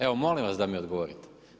Evo molim vas da mi odgovorite.